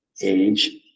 age